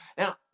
Now